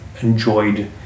enjoyed